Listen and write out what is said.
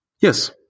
Yes